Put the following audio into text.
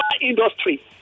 industry